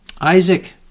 Isaac